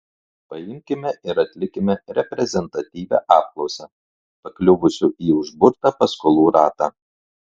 paimkime ir atlikime reprezentatyvią apklausą pakliuvusių į užburtą paskolų ratą